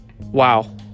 wow